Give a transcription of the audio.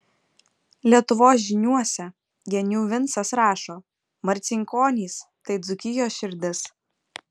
lietuvos žyniuose genių vincas rašo marcinkonys tai dzūkijos širdis